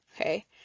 okay